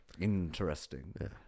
interesting